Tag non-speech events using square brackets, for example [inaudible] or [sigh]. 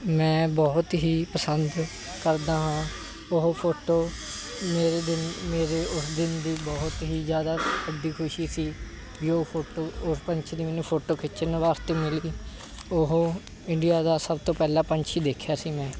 ਮੈਂ ਬਹੁਤ ਹੀ ਪਸੰਦ ਕਰਦਾ ਹਾਂ ਉਹ ਫੋਟੋ ਮੇਰੇ ਦਿਨ ਮੇਰੇ ਉਸ ਦਿਨ ਦੀ ਬਹੁਤ ਹੀ ਜ਼ਿਆਦਾ [unintelligible] ਖੁਸ਼ੀ ਸੀ ਵੀ ਉਹ ਫੋਟੋ ਓਸ ਪੰਛੀ ਦੀ ਮੈਨੂੰ ਫੋਟੋ ਖਿੱਚਣ ਵਾਸਤੇ ਮਿਲ ਗਈ ਉਹ ਇੰਡੀਆ ਦਾ ਸਭ ਤੋਂ ਪਹਿਲਾਂ ਪੰਛੀ ਦੇਖਿਆ ਸੀ ਮੈਂ